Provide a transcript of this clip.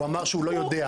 הוא אמר שהוא לא יודע.